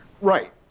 Right